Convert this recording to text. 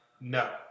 No